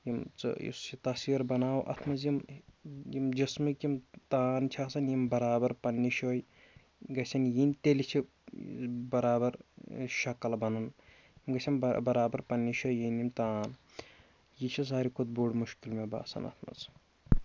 یِم ژٕ یُس یہِ تصویر بَناوو اَتھ منٛز یِم یِم جِسمٕکۍ یِم تان چھِ آسان یِم بَرابر پنٛنہِ جایہِ گژھَن یِن تیٚلہِ چھِ بَرابَر شَکل بَنان یِم گژھَن بَہ بَرابَر پنٛنہِ جایہِ یِن یم تان یہِ چھِ ساروی کھۄتہٕ بوٚڑ مُشکِل مےٚ باسان اَتھ منٛز